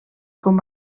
com